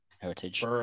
heritage